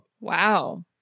Wow